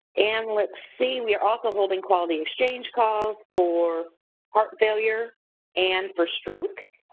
and let's see, we're also holding quality exchange calls for heart failure and for stroke.